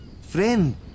Friend